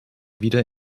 wieder